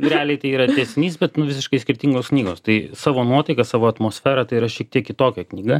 realiai tai yra tęsinys bet nu visiškai skirtingos knygos tai savo nuotaika savo atmosfera tai yra šiek tiek kitokia knyga